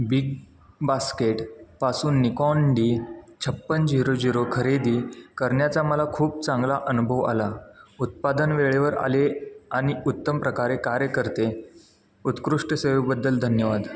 big बास्केटपासून Nikon D छप्पन्न zero zero खरेदी करण्याचा मला खूप चांगला अनुभव आला उत्पादन वेळेवर आले आणि उत्तम प्रकारे कार्य करते उत्कृष्ट सेवेबद्दल धन्यवाद